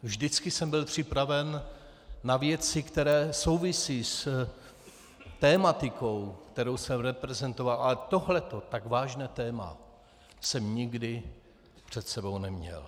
Vždycky jsem byl připraven na věci, které souvisí s tematikou, kterou jsem reprezentoval, ale tak vážné téma jsem nikdy před sebou neměl.